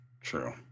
True